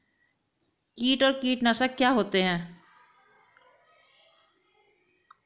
कीट और कीटनाशक क्या होते हैं?